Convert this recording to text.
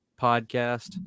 Podcast